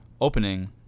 opening